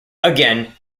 again